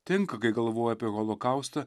tinka kai galvoji apie holokaustą